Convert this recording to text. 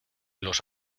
los